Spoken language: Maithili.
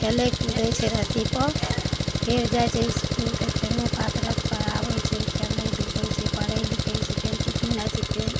खेलै कूदै छै रस्सी पर फेर जाइ छै इसठकुल तऽ फेरो कसरत कराबै छै खेलय धुपै छै पढ़ै लिखै छै फेर टिफिन होइ छै फेर